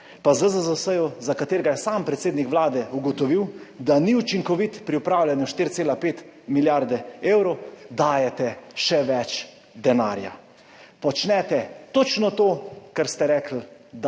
pa ZZZS, za katerega je sam predsednik Vlade ugotovil, da ni učinkovit pri upravljanju 4,5 milijarde evrov, dajete še več denarja. Počnete točno to, česar ste rekli, da ne